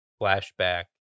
flashback